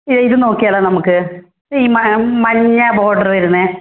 ഇത് നോക്കിയാല്ലോ നമുക്ക് ഈ മഞ്ഞ ബോർഡർ വരുന്നത്